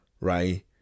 Right